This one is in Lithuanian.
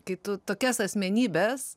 kai tu tokias asmenybes